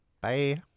Bye